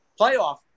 playoff